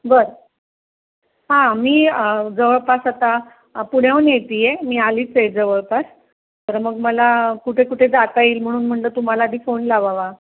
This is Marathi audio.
बरं हां मी जवळपास आता पुण्याहून येते आहे मी आलीच आहे जवळपास तर मग मला कुठे कुठे जाता येईल म्हणून म्हटलं तुम्हाला आधी फोन लावावा